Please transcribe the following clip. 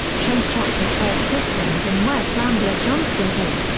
cho shot his first victims in west ambler johnston hall.